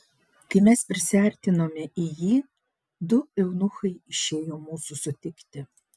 kai mes prisiartinome į jį du eunuchai išėjo mūsų sutikti